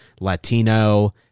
Latino